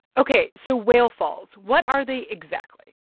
ok. so whale falls what are they, exactly?